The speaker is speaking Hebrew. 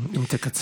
אם תקצר.